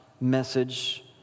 message